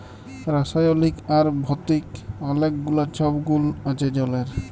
রাসায়লিক আর ভতিক অলেক গুলা ছব গুল আছে জলের